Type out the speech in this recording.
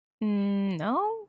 No